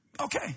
Okay